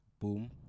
boom